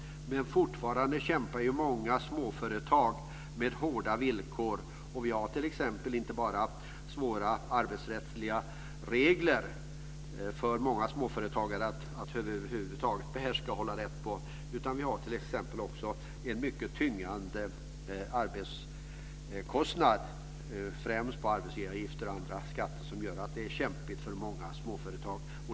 Men fortfarande kämpar många småföretag med hårda villkor. Vi har t.ex. inte bara svåra arbetsrättsliga regler för många småföretagare att över huvud taget behärska och hålla rätt på. Vi har också en mycket tyngande arbetskostnad, främst när det gäller arbetsgivaravgifter och andra skatter, som gör att det är kämpigt för många småföretag.